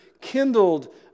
kindled